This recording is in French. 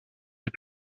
les